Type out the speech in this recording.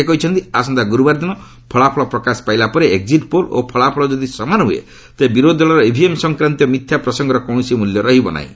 ସେ କହିଛନ୍ତି ଆସନ୍ତା ଗୁରୁବାର ଦିନ ଫଳାଫଳ ପ୍ରକାଶ ପାଇଲା ପରେ ଏକ୍ଜିଟ୍ ପୋଲ୍ ଓ ଫଳାଫଳ ଯଦି ସମାନ ହୁଏ ତେବେ ବିରୋଧୀ ଦଳର ଇଭିଏମ୍ ସଂକ୍ରାନ୍ତୀୟ ମିଥ୍ୟା ପ୍ରସଙ୍ଗର କୌଣସି ମୂଲ୍ୟ ରହିବ ନାହିଁ